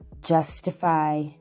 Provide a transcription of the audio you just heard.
justify